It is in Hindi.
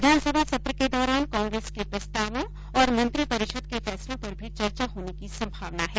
विधानसभा सत्र के दौरान कांग्रेस के प्रस्तावों और मंत्रिपरिषद के फैसलों पर भी चर्चा होने की संभावना है